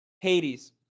Hades